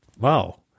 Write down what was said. Wow